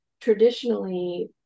traditionally